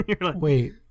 wait